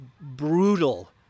brutal